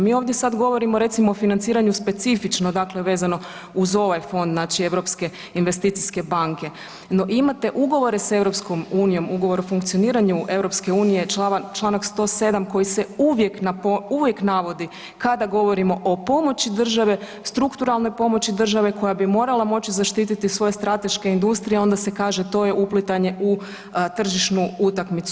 Mi ovdje sad govorimo o financiranju specifično dakle vezano uz ovaj fond znači Europske investicijske banke, no imate ugovore sa EU, ugovor o funkcioniranju EU Članak 107. koji se uvijek navodi kada govorimo o pomoći države, strukturalnoj pomoći države koja bi morala moći zaštiti svoje strateške industrije onda se kaže to je uplitanje u tržišnu utakmicu.